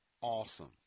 awesome